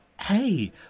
Hey